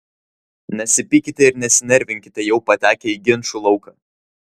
nesipykite ir nesinervinkite jau patekę į ginčų lauką